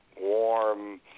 warm